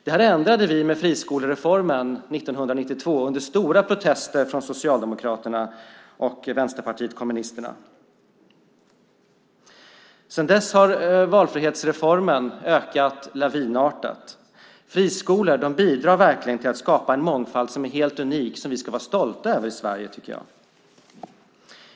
Det ändrade vi med friskolereformen 1992 under stora protester från Socialdemokraterna och Vänsterpartiet. Sedan dess har intresset för friskolorna ökat lavinartat. Friskolor bidrar till att skapa en mångfald som är helt unik och som vi kan vara stolta över i Sverige.